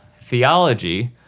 theology